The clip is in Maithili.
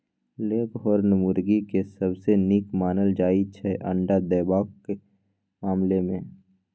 लेगहोर्न मुरगी केँ सबसँ नीक मानल जाइ छै अंडा देबाक मामला मे